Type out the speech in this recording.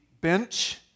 bench